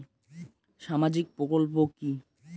সামাজিক প্রকল্প কি?